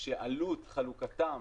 שעלות חלוקתם